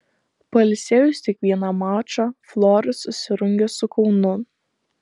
pailsėjus tik vieną mačą flora susirungia su kaunu